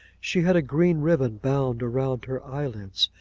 she had a green ribbon bound round her eyelids.